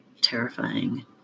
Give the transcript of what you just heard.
terrifying